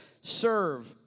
serve